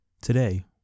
Today